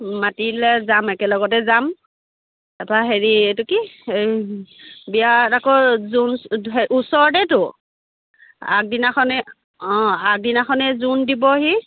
মাতিলে যাম একেলগতে যাম তাপা হেৰি এইটো কি বিয়াত আকৌ জোৰোণ ওচৰতেতো আগদিনাখনেই অঁ আগদিনাখনেই জোৰোণ দিবহি